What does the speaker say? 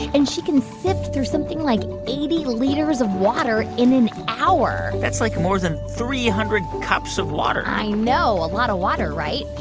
and she can sift through something like eighty liters of water in an hour that's like more than three hundred cups of water i know, a lot of water, right?